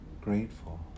grateful